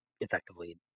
effectively